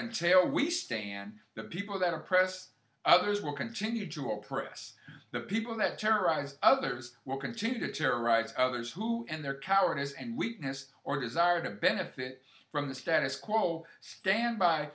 entail we stand that people that oppress others will continue to oprah us the people that terrorize others will continue to terrorize others who and their cowardice and weakness or desire to benefit from the status quo stand by